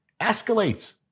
escalates